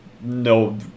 No